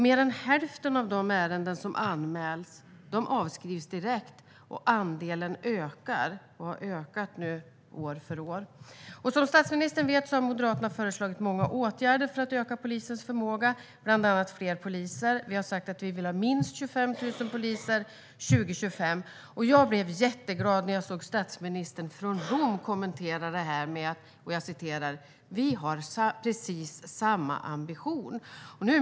Mer än hälften av de ärenden som anmäls avskrivs direkt. Andelen ökar och har gjort det från år till år. Som statsministern vet har Moderaterna föreslagit många åtgärder för att öka polisens förmåga, bland annat fler poliser; vi har sagt att vi vill ha minst 25 000 poliser år 2025. Jag blev jätteglad när jag såg statsministern från Rom kommentera detta med att "vi har precis samma ambition".